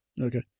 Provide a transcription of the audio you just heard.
Okay